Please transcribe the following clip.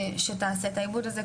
שתעשה את העיבוד הזה.